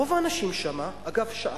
רוב האנשים שם, אגב, שאלתי,